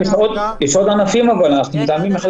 אבל לגבי התשלומים אנחנו כן חושבים שצריך